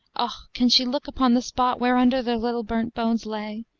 oh, can she look upon the spot, whereunder their little burnt bones lay,